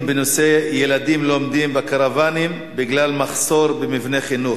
בנושא: ילדים לומדים בקרוונים בגלל מחסור במבני חינוך,